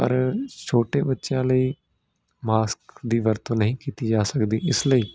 ਪਰ ਛੋਟੇ ਬੱਚਿਆਂ ਲਈ ਮਾਸਕ ਦੀ ਵਰਤੋਂ ਨਹੀਂ ਕੀਤੀ ਜਾ ਸਕਦੀ ਇਸ ਲਈ